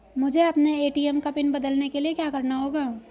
मुझे अपने ए.टी.एम का पिन बदलने के लिए क्या करना होगा?